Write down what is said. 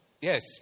Yes